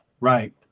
Right